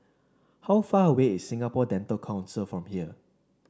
how far away is Singapore Dental Council from here